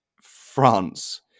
France